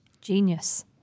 Genius